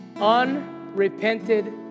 Unrepented